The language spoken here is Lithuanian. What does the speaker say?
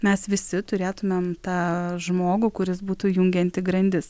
mes visi turėtumėm tą žmogų kuris būtų jungianti grandis